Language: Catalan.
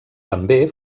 també